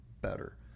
better